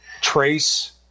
trace